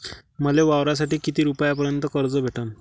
मले वावरासाठी किती रुपयापर्यंत कर्ज भेटन?